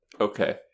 okay